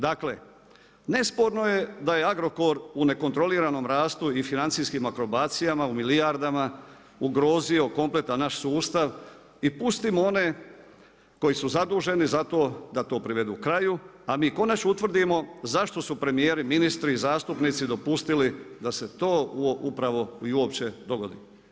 Dakle, nesporno je da je Agrokor u nekontroliranom rastu i financijskim akrobacijama u milijardama ugrozio kompletan naš sustav i pustimo one koji su zaduženi za to da to privedu kraju a mi konačno utvrdimo zašto su premijeri, ministri i zastupnici dopustili da se to upravo i uopće dogodi.